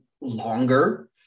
longer